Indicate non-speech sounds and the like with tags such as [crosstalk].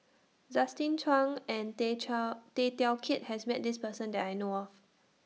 Justin Zhuang and Tay [unintelligible] Tay Teow Kiat has Met This Person that I know of